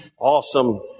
awesome